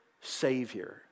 savior